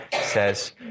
says